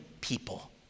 people